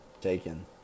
taken